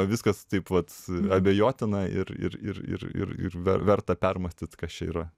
viskas taip pat abejotina ir ir ir ir ir ir ver verta permąstyt kas čia yra